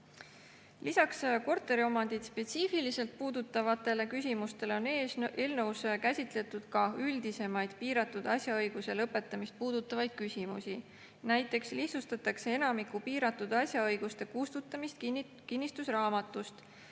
Lisaks korteriomandit spetsiifiliselt puudutavatele küsimustele on eelnõus käsitletud üldisemaid piiratud asjaõiguse lõpetamist puudutavaid küsimusi. Näiteks lihtsustatakse enamiku piiratud asjaõiguste kustutamist kinnistusraamatust.